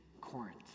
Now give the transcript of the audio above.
Corinth